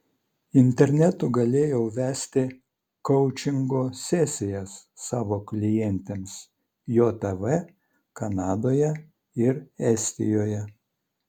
internetu galėjau vesti koučingo sesijas savo klientėms jav kanadoje ir estijoje